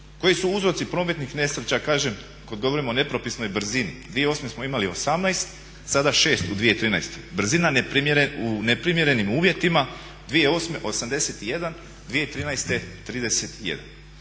Koji su uzroci prometnih nesreća kažem kad govorimo o nepropisnoj brzini. 2008. smo imali 18, sada 6 u 2013. Brzina u neprimjerenim uvjetima 2008. 81, 2013. 31.